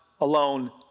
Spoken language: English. alone